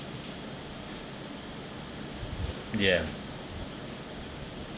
ya